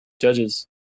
judges